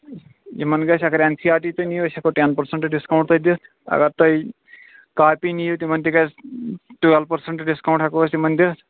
یِمن گژھِ اگر این سی آر ٹی تُہۍ نِیو أسۍ ہیٚکو ٹیَن پٔرسنٹ ڈِسکاونٛٹ تۄہہِ دِتھ اگر تُہۍ کاپی نِیوٗ تِمن تہِ گژھِ ٹُوویل پٔرسنٹ ڈِسکاونٛٹ ہیٚکو أسۍ تِمن دِتھ